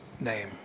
name